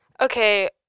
Okay